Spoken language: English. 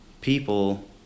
people